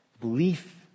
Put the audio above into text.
belief